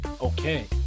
okay